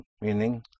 Meaning